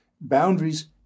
Boundaries